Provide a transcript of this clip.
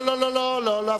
לא, לא, לא, לא להפריע.